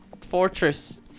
fortress